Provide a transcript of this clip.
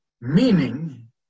meaning